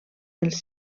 els